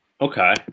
okay